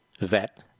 vet